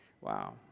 wow